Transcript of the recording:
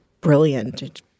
brilliant